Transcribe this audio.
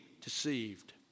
deceived